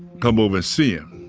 come over and see him.